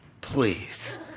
Please